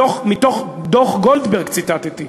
מתוך דוח גולדברג ציטטתי.